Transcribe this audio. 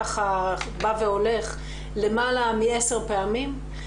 ככה למעלה מ-10 פעמים,